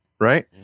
right